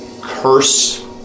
curse